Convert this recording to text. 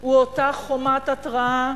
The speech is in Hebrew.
הוא אותה חומת התרעה,